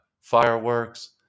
fireworks